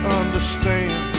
understand